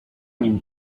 nim